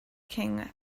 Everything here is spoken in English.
king